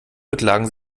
beklagen